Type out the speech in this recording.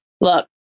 look